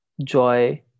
joy